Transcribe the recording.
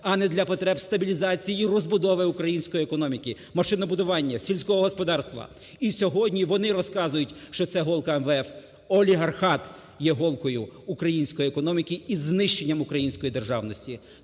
а не для потреб стабілізації і розбудови української економіки, машинобудування, сільського господарства. І сьогодні вони розказують, що це "голка" МВФ. Олігархат є "голкою" української економіки із знищенням української державності.